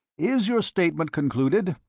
is your statement concluded?